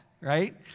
Right